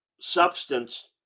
substance